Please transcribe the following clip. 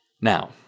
Now